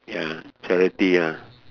ya charity ah